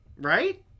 Right